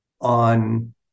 on